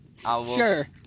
Sure